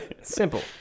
Simple